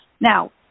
Now